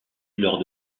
lors